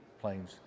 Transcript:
planes